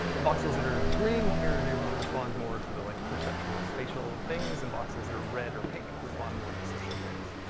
voxels that are green here, they really respond more to the like, perceptual, spatial things, and voxels that are red or pink respond more to the social things.